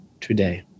today